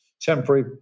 temporary